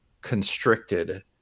constricted